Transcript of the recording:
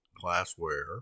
glassware